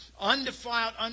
undefiled